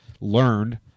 learned